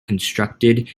constructed